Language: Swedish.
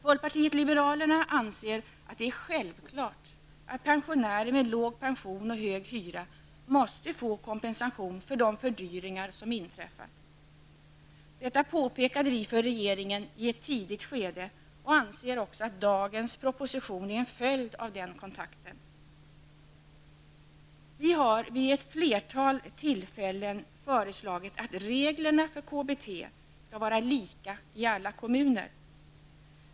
Folkpartiet liberalerna anser att det är självklart att pensionärer med låg pension och hög hyra måste få kompensation för de fördyringar som har inträffat. Detta påpekade vi för regeringen i ett tidigt skede och anser att dagens proposition är en följd av denna kontakt. Vi har vid flera tillfällen föreslagit att reglerna för KBT skall vara lika i alla kommuner.